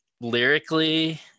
Lyrically